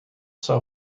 zou